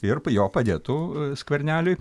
ir jo padėtų skverneliui